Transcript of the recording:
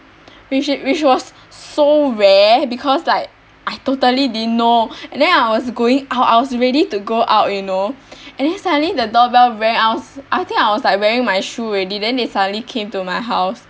which which was so rare because like I totally didn't know and then I was going out I was ready to go out you know and then suddenly the doorbell rang I was I think I was like wearing my shoe already then they suddenly came to my house